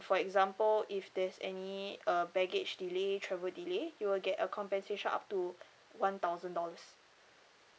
for example if there's any uh baggage delay travel delay you will get a compensation up to one thousand dollars